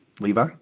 Levi